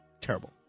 Terrible